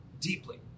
deeply